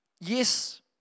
Yes